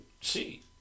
see